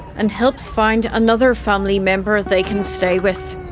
and helps find another family member they can stay with.